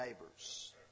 neighbor's